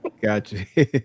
Gotcha